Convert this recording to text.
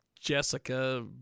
Jessica